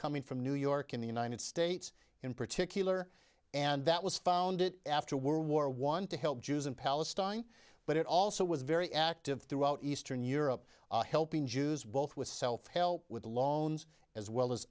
coming from new york in the united states in particular and that was found it after world war one to help jews in palestine but it also was very active throughout eastern europe helping jews both with self help with the lawns as well as